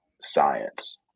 science